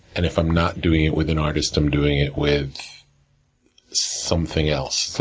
and, if i'm not doing it with an artist, i'm doing it with something else.